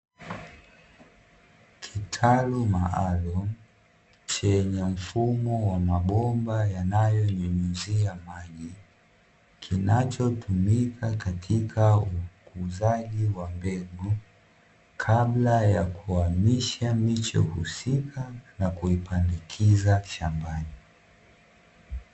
Kitalu maalumu chenye mfumo wa mabomba yanayo nyunyuzia maji, kinachotumika katika ukuzaji wa mbegu kabla ya kuhamisha miche husika na kuipandikiza shambani.